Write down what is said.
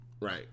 Right